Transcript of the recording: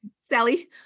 Sally